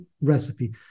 recipe